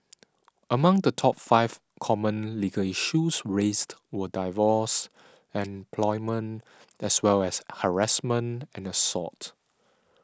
among the top five common legal issues raised were divorce employment as well as harassment and assault